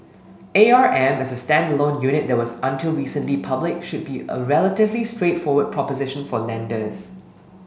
A R M as a standalone unit that was until recently public should be a relatively straightforward proposition for lenders